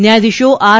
ન્યાયાધીશો આર